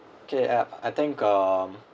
okay ah I think um